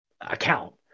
account